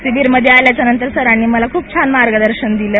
शिबिरमध्ये आल्याच्यानंतर मला सरांनी खूप छान मार्गदर्शन दिलं